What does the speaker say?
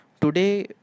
Today